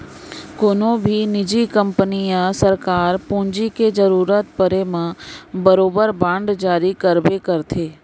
कोनों भी निजी कंपनी या सरकार पूंजी के जरूरत परे म बरोबर बांड जारी करबे करथे